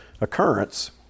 occurrence